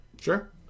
sure